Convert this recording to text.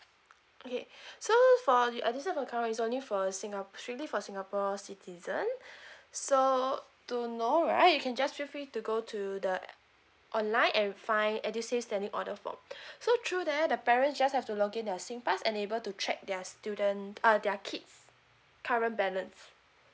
okay so for edusave account right it's only for singa~ surely for singapore citizen so to know right you can just feel free to go to the online and find edusave standing order form so through there the parents just have to log in their S pass and able to check their student uh their kids current balance